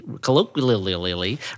colloquially